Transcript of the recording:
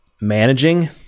managing